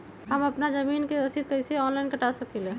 हम अपना जमीन के रसीद कईसे ऑनलाइन कटा सकिले?